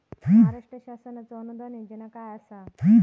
महाराष्ट्र शासनाचो अनुदान योजना काय आसत?